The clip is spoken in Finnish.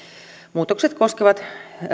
muutokset koskevat